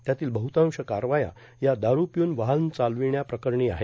त्यातील बहृतांश कारवाया ह्या दारु र्पिऊन वाहन चार्लावल्याप्रकरणी आहेत